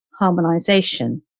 harmonisation